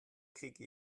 kriege